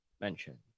mention